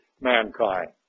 mankind